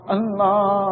Allah